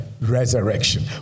resurrection